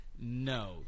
no